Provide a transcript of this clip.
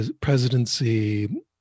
presidency